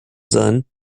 sein